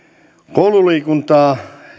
koululiikuntaa